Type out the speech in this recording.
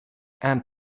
and